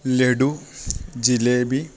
laddu jalebi